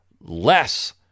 less